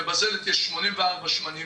לבזלת יש 84 שמנים